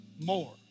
more